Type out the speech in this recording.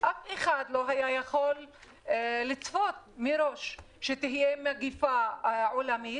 אף אחד לא היה יכול לצפות מראש שתהיה מגפה עולמית